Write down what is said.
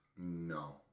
no